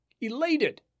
elated